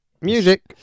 music